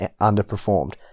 underperformed